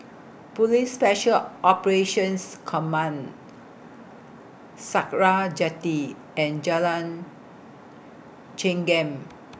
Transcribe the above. Police Special Operations Command Sakra Jetty and Jalan Chengam